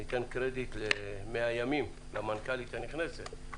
ניתן קרדיט של 100 ימים למנכ"לית הנכנסת.